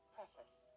Preface